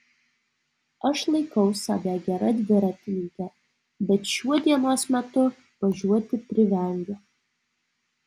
aš laikau save gera dviratininke bet šiuo dienos metu važiuoti privengiu